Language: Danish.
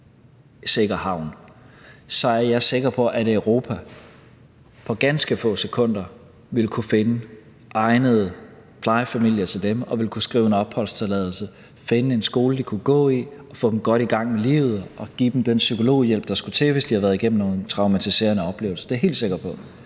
er jeg sikker på, at Europa på ganske få sekunder ville kunne finde egnede plejefamilier til dem og ville kunne skrive en opholdstilladelse, finde en skole, de kunne gå i, få dem godt i gang med livet og give dem den psykologhjælp, der skulle til, hvis de havde været igennem nogle traumatiserende oplevelser. Det er jeg helt sikker på.